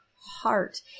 Heart